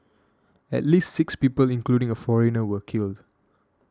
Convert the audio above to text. at least six people including a foreigner were killed